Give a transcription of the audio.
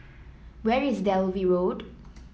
where is Dalvey Road